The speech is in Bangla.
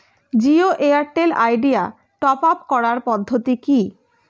জিও এয়ারটেল আইডিয়া টপ আপ করার পদ্ধতি কি?